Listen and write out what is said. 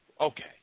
Okay